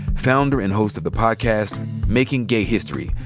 founder and host of the podcast making gay history,